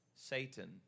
Satan